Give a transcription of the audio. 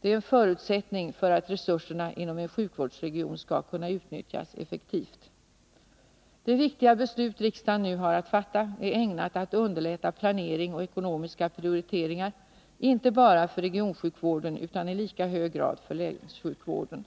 Det är en förutsättning för att resurserna inom en sjukvårdsregion skall kunna utnyttjas effektivt. Det viktiga beslut riksdagen nu har att fatta är ägnat att underlätta planering och ekonomiska prioriteringar icke bara för regionsjukvården utan i lika hög grad för länssjukvården.